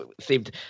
seemed